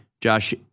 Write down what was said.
Josh